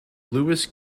lewis